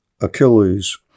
Achilles